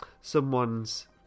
someone's